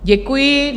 Děkuji.